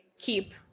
keep